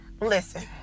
Listen